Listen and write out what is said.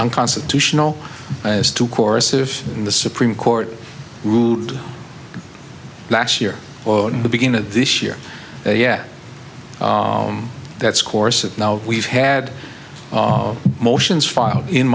unconstitutional as two courses in the supreme court ruled last year and the beginning of this year yeah that's course and now we've had motions filed in